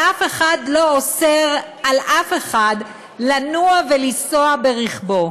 ואף אחד לא אוסר על אף אחד לנוע ולנסוע ברכבו.